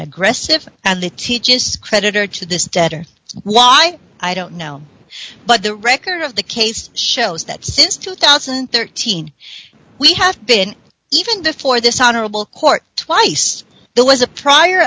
aggressive and the tejas creditor to this debtor why i don't know but the record of the case shows that since two thousand and thirteen we have been even before this honorable court twice there was a prior